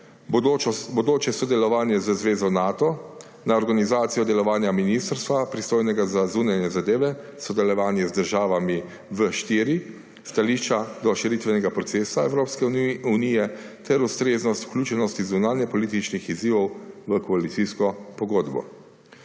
bodoče sodelovanje z zvezo Nato, na organizacijo delovanja ministrstva, pristojnega za zunanje zadeve, sodelovanje z državami V4, stališča do širitvenega procesa Evropske unije ter ustreznost vključenosti zunanjepolitičnih izzivov v koalicijsko pogodbo.